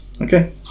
Okay